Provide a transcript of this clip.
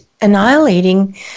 annihilating